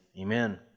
amen